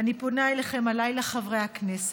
אני פונה אליכם הלילה, חברי הכנסת,